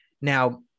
Now